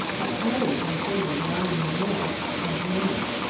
a prey to the same undying remorse, as now.